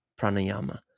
pranayama